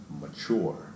mature